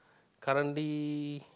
currently